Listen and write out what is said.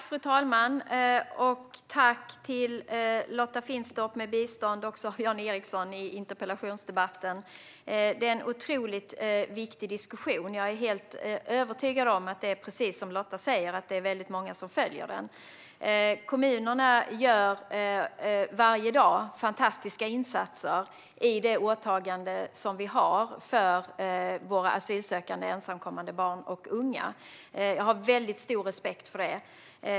Fru talman! Tack till Lotta Finstorp, med bistånd av Jan Ericson, för den här interpellationsdebatten! Det är en otroligt viktig diskussion. Jag är helt övertygad om att det är som Lotta säger att många följer den. Kommunerna gör varje dag fantastiska insatser i det åtagande som vi har för våra asylsökande ensamkommande barn och unga. Jag har väldigt stor respekt för det.